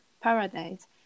Paradise